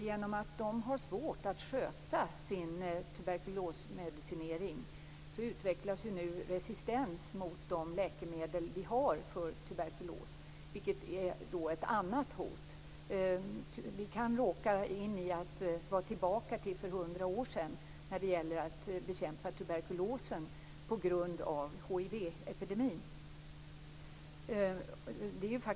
Genom att de har svårt att sköta sin tuberkulosmedicinering utvecklas nu resistens mot de läkemedel vi har mot tuberkulos, vilket är ett annat hot. Vi kan råka in i en situation som för oss hundra år tillbaka i tiden när det gäller att bekämpa tuberkulosen, på grund av hivepidemin.